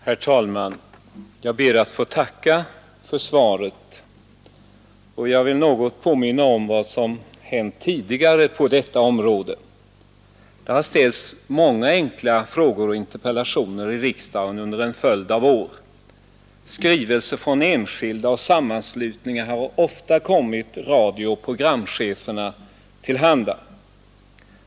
Herr talman! Jag ber att få tacka för svaret, och jag vill något påminna om vad som hänt tidigare på detta område. Det har ställts många enkla frågor och interpellationer i riksdagen under en följd av år. Skrivelser från enskilda och sammanslutningar har ofta kommit radiooch programcheferna till handa.